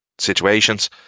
situations